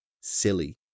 silly